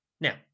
Now